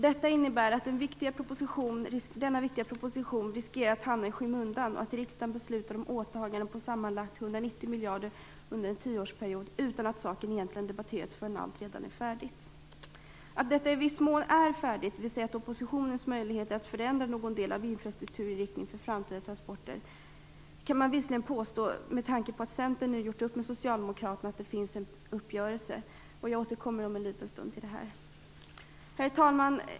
Detta innebär att denna viktiga proposition riskerar att hamna i skymundan, och att riksdagen beslutar om åtaganden på sammanlagt 190 miljarder kronor under en tioårsperiod utan att saken egentligen debatterats förrän allt redan är färdigt. Man kan visserligen påstå att det i viss mån redan är färdigt, dvs. att oppositionens möjligheter att förändra någon del av infrastrukturinriktningen för framtida transporter är små, med tanke på att Centern nu gjort upp med Socialdemokraterna. Jag återkommer till denna uppgörelse om en liten stund. Herr talman!